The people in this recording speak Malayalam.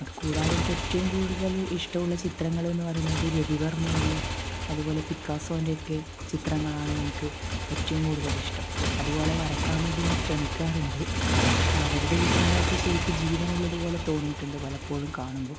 അത് കൂടാതെ എനിക്ക് ഏറ്റവും കൂടുതൽ ഇഷ്ടമുള്ള ചിത്രങ്ങളെന്നു പറയുന്നത് രവി വർമ്മൻ്റെയും അതുപോലെ പിക്കാസോൻ്റെ ഒക്കെ ചിത്രങ്ങളാണ് എനിക്ക് ഏറ്റവും കൂടുതൽ ഇഷ്ടം അതുപോലെ വരയ്ക്കാൻ വേണ്ടി ഞാൻ ശ്രമിക്കാറുണ്ട് അവരുടെ ചിത്രങ്ങളൊക്കെ ശരിക്ക് ജീവനുള്ളതുപോലെ തോന്നിയിട്ടുണ്ട് പലപ്പോഴും കാണുമ്പോൾ